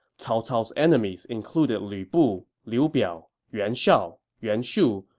cao cao's enemies included lu bu, liu biao, yuan shao, yuan shu,